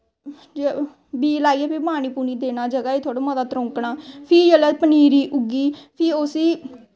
बीऽ लाइयै फ्ही पानी पूनी देना जगह ई थोह्ड़ा मता तरौंकनां फ्ही जिसलै पनीरी उग्गी फ्ही उसी